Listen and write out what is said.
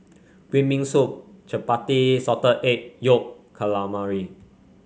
Green Bean Soup Chappati Salted Egg Yolk Calamari